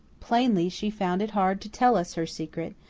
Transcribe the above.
plainly she found it hard to tell us her secret,